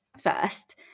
first